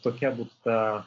tokia būtų ta